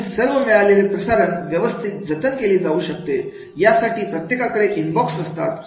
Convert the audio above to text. असे सर्व मिळालेले प्रसारण व्यवस्थित जतन केली जाऊ शकत यासाठी प्रत्येकाकडे इनबॉक्स असतात